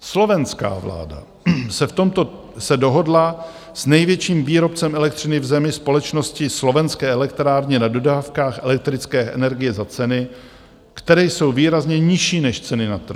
Slovenská vláda se dohodla s největším výrobcem elektřiny v zemi, společností Slovenské elektrárne, na dodávkách elektrické energie za ceny, které jsou výrazně nižší než ceny na trhu.